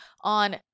on